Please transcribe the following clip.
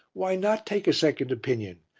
why not take a second opinion?